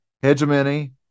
hegemony